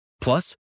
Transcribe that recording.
Plus